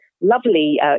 lovely